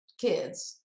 kids